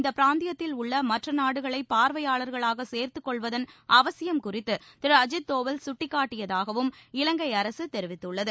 இந்தப் பிராந்தியத்தில் உள்ள மற்ற நாடுகளை பார்வையாளர்களாக சேர்த்துக் கொள்வதன் அவசியம் குறித்து திரு அஜித் தோவல் சுட்டிக்காட்டியதாகவும் இலங்கை அரசு தெரிவித்துள்ளது